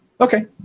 Okay